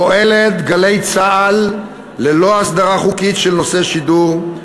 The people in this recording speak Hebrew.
פועלת "גלי צה"ל" ללא הסדרה חוקית של נושאי שידור,